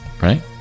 right